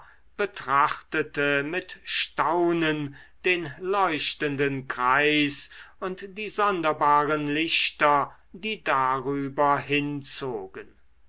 betrachtete mit staunen den leuchtenden kreis und die sonderbaren lichter die darüber hinzogen